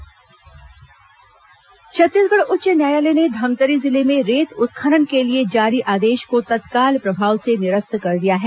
रेत उत्खनन रोक छत्तीसगढ़ उच्च न्यायालय ने धमतरी जिले में रेत उत्खनन के लिए जारी आदेश को तत्काल प्रभाव से निरस्त कर दिया है